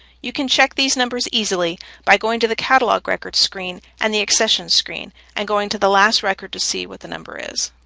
you can check these numbers easily by going to the catalog records screen and accession screen, and going to the last record to see what the number is.